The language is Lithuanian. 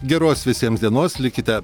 geros visiems dienos likite